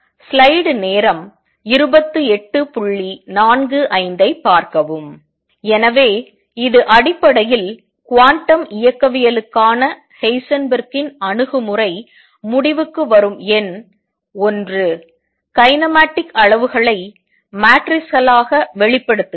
slide நேரம் 2845 ஐப் பார்க்கவும் எனவே இது அடிப்படையில் குவாண்டம் இயக்கவியலுக்கான ஹைசன்பெர்க்கின் அணுகுமுறை முடிவுக்கு வரும் எண் ஒன்று கைனேமேடிக் அளவுகளை மாட்ரிஸ்களாக வெளிப்படுத்துங்கள்